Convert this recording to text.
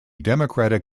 democratic